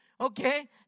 Okay